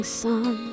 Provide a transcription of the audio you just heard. sun